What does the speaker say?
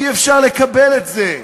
אי-אפשר לקבל את זה.